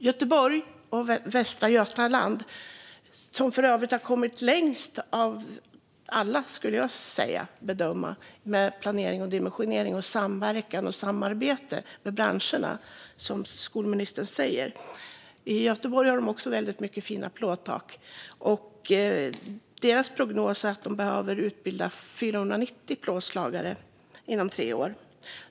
Göteborg och Västra Götaland är de som jag bedömer har kommit längst av alla med planering, dimensionering och samverkan och samarbete med branscherna, som skolministern säger. I Göteborg har de också väldigt många fina plåttak. Deras prognos är att de behöver utbilda 490 plåtslagare inom tre år.